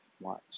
watch